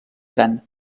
gran